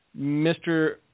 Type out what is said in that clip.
Mr